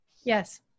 yes